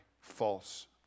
false